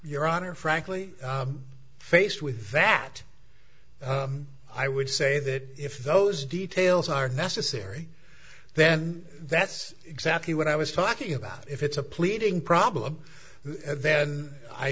your honor frankly faced with that i would say that if those details are necessary then that's exactly what i was talking about if it's a pleading problem then i